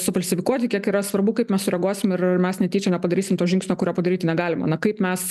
sufalsifikuoti kiek yra svarbu kaip mes sureaguosim ir ar mes netyčia nepadarysim to žingsnio kurio padaryti negalima na kaip mes